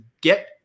get